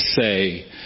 say